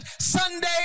Sunday